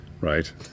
right